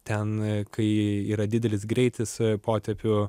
ten kai yra didelis greitis potėpiu